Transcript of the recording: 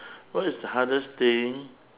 what is the hardest thing